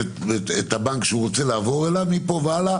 פוליסה חדשה לכל דבר ועניין.